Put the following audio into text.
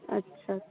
अच्छा अच्छा